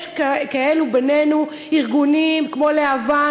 יש בינינו ארגונים כמו להב"ה,